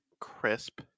crisp